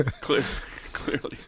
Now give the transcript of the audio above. Clearly